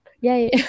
Yay